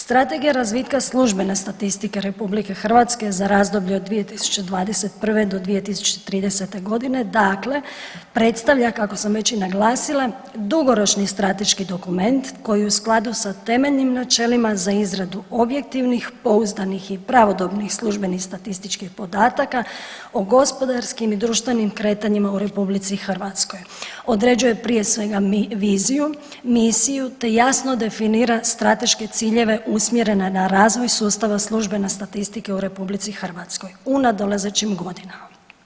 Strategija razvitka službene statistike RH za razdoblje od 2021. do 2030.g. dakle predstavlja kako sam već i naglasila dugoročni strateški dokument koji u skladu sa temeljnim načelima za izradu objektivnih, pouzdanih i pravodobnih službenih statističkih podataka o gospodarskim i društvenim kretanjima u RH, određuje prije svega viziju, misiju, te jasno definira strateške ciljeve usmjerene na razvoj sustava službene statistike u RH u nadolazećim godinama.